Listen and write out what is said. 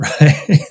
right